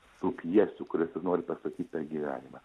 tų pjesių kurias jis nori pastatyt per gyvenimą